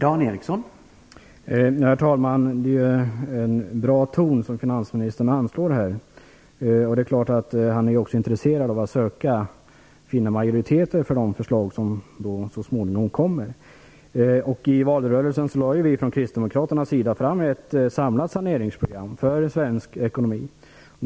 Herr talman! Det är en bra ton som finansministern anslår. Det är klart att han är intresserad av att söka finna majoriteter för de förslag som så småningom kommer. I valrörelsen lade vi kristdemokrater fram ett samlat saneringsprogram för den svenska ekonomin.